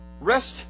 Rest